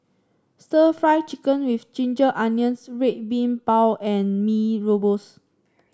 stir Fry Chicken with Ginger Onions Red Bean Bao and Mee Rebus